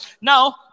Now